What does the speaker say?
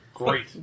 Great